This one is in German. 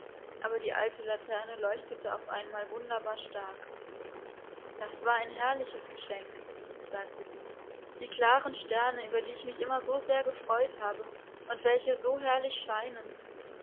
aber die alte laterne leuchtete auf einmal wunderbar stark das war ein herrliches geschenk sagte sie die klaren sterne über die ich mich immer so sehr gefreut habe und welche so herrlich scheinen